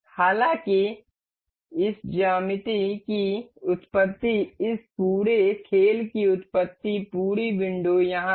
हालांकि इस ज्यामिति की उत्पत्ति इस पूरे खेल की उत्पत्ति पूरी विंडो यहाँ है